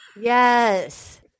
Yes